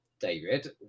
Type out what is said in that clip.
david